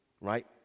right